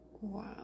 Wow